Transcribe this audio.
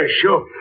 sure